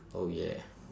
oh yeah